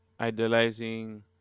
idealizing